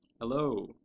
Hello